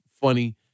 funny